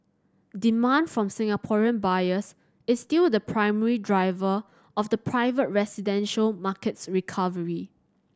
demand from Singaporean buyers is still the primary driver of the private residential market's recovery